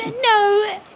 No